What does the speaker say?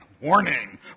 warning